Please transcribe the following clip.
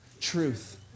truth